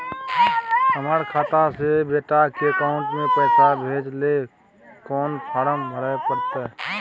हमर खाता से बेटा के अकाउंट में पैसा भेजै ल कोन फारम भरै परतै?